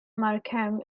markham